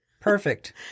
perfect